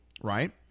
right